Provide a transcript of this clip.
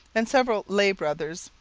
and several lay brothers,